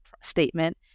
statement